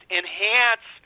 enhance